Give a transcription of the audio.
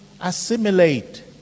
assimilate